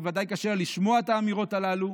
ובוודאי קשה לה לשמוע את האמירות הללו,